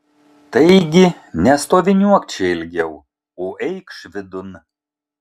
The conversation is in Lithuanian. taigi nestoviniuok čia ilgiau o eikš vidun